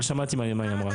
לא כל